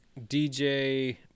DJ